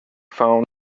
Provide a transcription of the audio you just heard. found